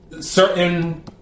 certain